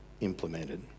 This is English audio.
implemented